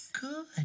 Good